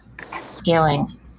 scaling